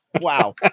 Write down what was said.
Wow